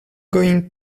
going